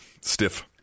stiff